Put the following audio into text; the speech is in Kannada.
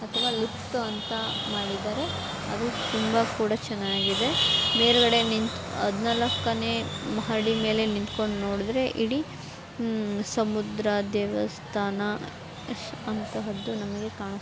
ಅಥ್ವಾ ಲಿಫ್ಟು ಅಂತ ಮಾಡಿದ್ದಾರೆ ಅದು ತುಂಬ ಕೂಡ ಚೆನ್ನಾಗಿದೆ ಮೇಲುಗಡೆ ನಿಂತು ಹದಿನಾಲಕ್ಕನೇ ಮಹಡಿ ಮೇಲೆ ನಿಂತ್ಕೊಂಡು ನೋಡಿದ್ರೆ ಇಡೀ ಸಮುದ್ರ ದೇವಸ್ಥಾನ ಅಶ್ ಅಂತಹದ್ದು ನಮಗೆ ಕಾಣಿಸು